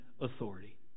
authority